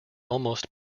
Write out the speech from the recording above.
almost